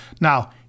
Now